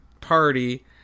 party